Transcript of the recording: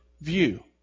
view